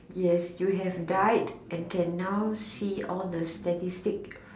yes you have died and can now see all the statistic